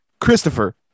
Christopher